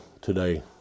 today